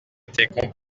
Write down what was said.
était